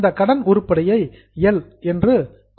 இந்த கடன் உருப்படியை எல் என்று குறிப்போம்